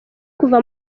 kuva